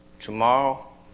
Tomorrow